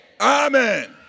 Amen